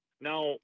Now